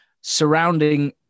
surrounding